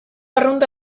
arrunta